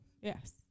Yes